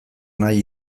nahi